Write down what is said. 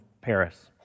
Paris